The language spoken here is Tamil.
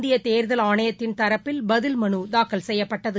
இந்தியதேர்தல் ஆணையத்தின் தரப்பில் பதில் மறைாக்கல் செய்யப்பட்டது